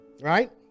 Right